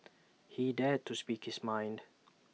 he dared to speak his mind